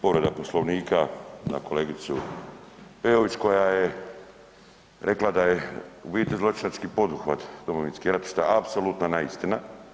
Povreda Poslovnika na kolegicu Peović koja je rekla da je u biti zločinački poduhvat Domovinski rat što je apsolutna neistina.